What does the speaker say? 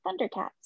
Thundercats